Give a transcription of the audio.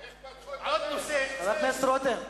חבר הכנסת רותם,